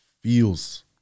feels